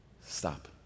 Stop